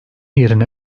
yerine